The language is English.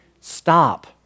stop